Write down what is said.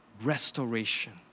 restoration